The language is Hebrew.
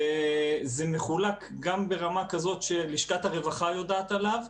זה מחולק ברמה כזאת שלשכת הרווחה יודעת עליו.